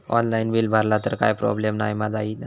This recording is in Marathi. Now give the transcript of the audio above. ऑनलाइन बिल भरला तर काय प्रोब्लेम नाय मा जाईनत?